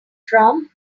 from